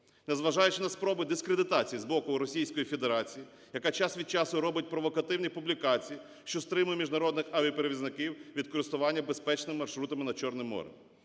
Незважаючи на спроби дискредитації з боку Російської Федерації, яка час від часу робить провокативні публікації, що стримує міжнародних авіаперевізників від користування безпечними маршрутами над Чорним морем,